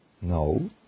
No